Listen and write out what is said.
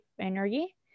energy